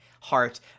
heart